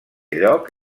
lloc